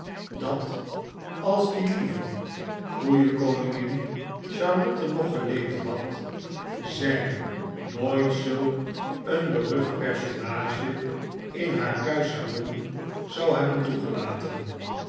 dat als die lieve goeie koningin charlotte nog geleefd had zij nooit zulk een berucht personage in haar kuisch salon zou hebben toegelaten